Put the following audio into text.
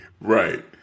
Right